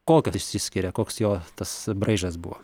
kokias išsiskiria koks jo tas braižas buvo